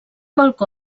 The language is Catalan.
balcó